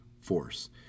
force